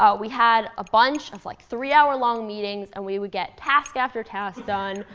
um we had a bunch of like three-hour long meetings. and we would get task after task done,